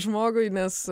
žmogui nes